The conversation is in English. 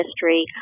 history